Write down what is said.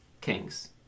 kings